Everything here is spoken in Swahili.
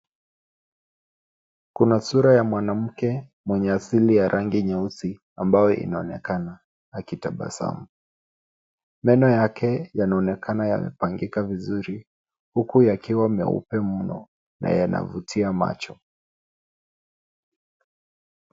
Kuna sura ya mwanamke mwenye asili ya rangi ya rangi nyeusi ambayo inaonekana akitabasamu. Meno yake yanaonekana yamepangika vizuri huku yakiwa meupe mno na yanavutia macho.